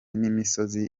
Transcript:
n’imisozi